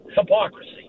hypocrisy